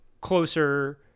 closer